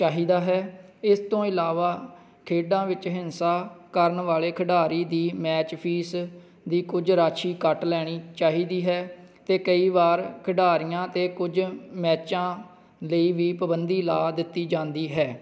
ਚਾਹੀਦਾ ਹੈ ਇਸ ਤੋਂ ਇਲਾਵਾ ਖੇਡਾਂ ਵਿੱਚ ਹਿੰਸਾ ਕਰਨ ਵਾਲੇ ਖਿਡਾਰੀ ਦੀ ਮੈਚ ਫੀਸ ਦੀ ਕੁਝ ਰਾਸ਼ੀ ਕੱਟ ਲੈਣੀ ਚਾਹੀਦੀ ਹੈ ਅਤੇ ਕਈ ਵਾਰ ਖਿਡਾਰੀਆਂ 'ਤੇ ਕੁਝ ਮੈਚਾਂ ਲਈ ਵੀ ਪਾਬੰਦੀ ਲਾ ਦਿੱਤੀ ਜਾਂਦੀ ਹੈ